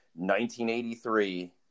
1983